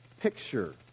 picture